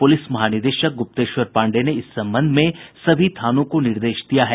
police महानिदेशक गुप्तेश्वर पांडेय ने इस संबंध में सभी थानों को निर्देश दिया है